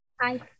hi